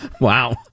Wow